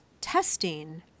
testing